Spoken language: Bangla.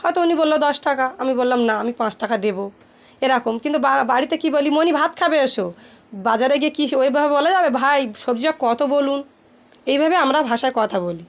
হয়তো উনি বললো দশ টাকা আমি বললাম না আমি পাঁচ টাকা দেবো এরকম কিন্তু বা বাড়িতে কী বলি মনি ভাত খাবে এসো বাজারে গিয়ে কী ওইভাবে বলা যাবে ভাই সবজিটা কত বলুন এইভাবে আমরা ভাষায় কথা বলি